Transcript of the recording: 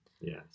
Yes